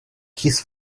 his